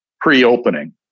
pre-opening